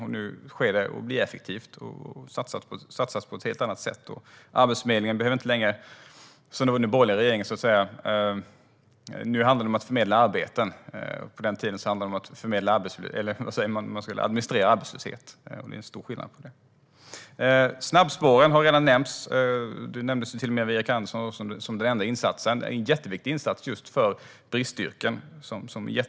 Nu blir det effektivt, och det satsas på ett helt annat sätt. Nu handlar det om att förmedla arbeten, medan Arbetsförmedlingen under den borgerliga regeringen skulle administrera arbetslöshet; det är stor skillnad. Snabbspåren har redan nämnts, av Erik Andersson till och med som den enda insatsen. Det är en jätteviktig insats just för bristyrken.